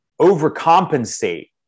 overcompensate